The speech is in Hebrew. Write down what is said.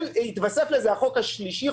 והתווסף לזה החוק השלישי,